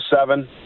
seven